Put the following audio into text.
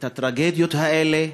הטרגדיות האלה,